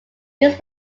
used